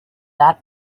that